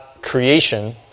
creation